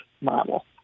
model